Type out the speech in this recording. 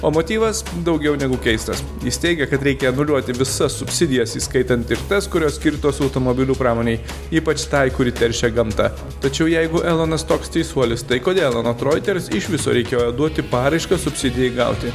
o motyvas daugiau negu keistas jis teigia kad reikia anuliuoti visas subsidijas įskaitant ir tas kurios skirtos automobilių pramonei ypač tai kuri teršia gamtą tačiau jeigu elonas toks teisuolis tai kodėl anot roiters iš viso reikėjo duoti paraišką subsidijai gauti